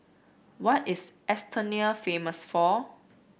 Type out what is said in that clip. what is Estonia famous for